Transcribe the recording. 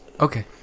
okay